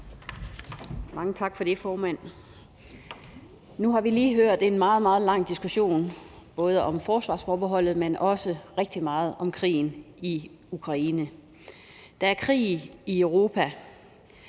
Mange tak for det, formand. Nu har vi lige hørt en meget, meget lang diskussion både om forsvarsforbeholdet, men også rigtig meget om krigen i Ukraine. Der er krig i Europa,